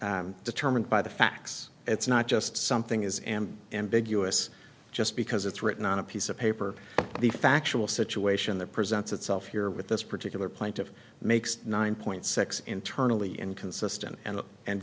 determined by the facts it's not just something is am ambiguous just because it's written on a piece of paper the factual situation that presents itself here with this particular plaintiff makes nine point six internally inconsistent and and